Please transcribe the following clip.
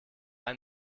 ein